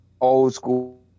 old-school